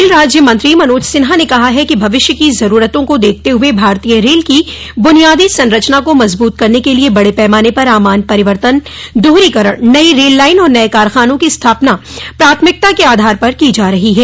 rail राज्य मंत्री मनोज सिन्हा ने कहा है कि भविष्य की जरूरतों को देखते हुए भारतीय रेल की बुनियादी संरचना को मजबूत करने के लिए बड़े पैमाने पर आमान परिवर्तन दोहरीकरण नई रेल लाइन और नये कारखानों की स्थापना प्राथमिकता के आधार पर की जा रही है